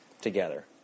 together